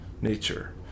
nature